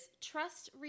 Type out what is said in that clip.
trust